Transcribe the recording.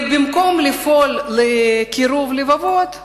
במקום לפעול לקירוב לבבות,